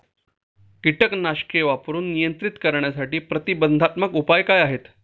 कीटकनाशके वापरून नियंत्रित करण्यासाठी प्रतिबंधात्मक उपाय काय आहेत?